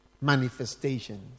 manifestations